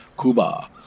Cuba